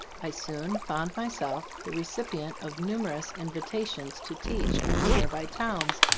i soon found myself the recipient of numerous invitations to teach in the nearby towns,